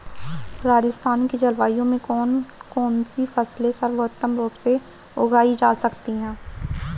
राजस्थान की जलवायु में कौन कौनसी फसलें सर्वोत्तम रूप से उगाई जा सकती हैं?